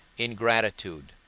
ingratitude,